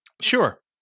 sure